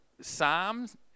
Psalms